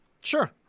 Sure